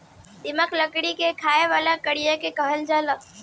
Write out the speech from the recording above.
दीमक, लकड़ी के खाए वाला कीड़ा के कहल जाला